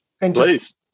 Please